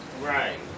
right